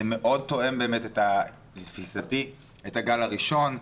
לתפיסתי זה מאוד תואם את הגל הראשון.